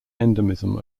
endemism